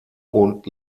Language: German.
und